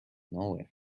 nowhere